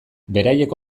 beraiek